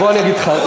בוא אני אגיד לך,